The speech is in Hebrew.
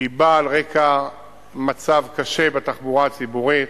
היא באה על רקע מצב קשה בתחבורה הציבורית.